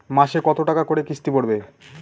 মাসে কত টাকা করে কিস্তি পড়বে?